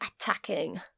attacking